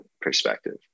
perspective